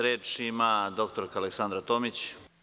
Reč ima dr Aleksandra Tomić.